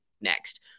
next